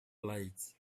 lights